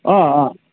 অঁ অঁ